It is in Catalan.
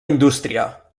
indústria